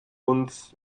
uns